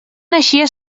naixia